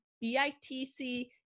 b-i-t-c